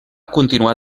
continuar